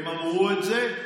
הם אמרו את זה.